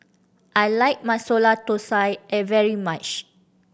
I like Masala Thosai a very much